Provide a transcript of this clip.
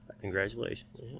Congratulations